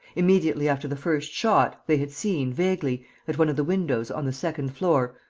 immediately after the first shot, they had seen, vaguely, at one of the windows on the second floor,